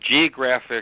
geographic –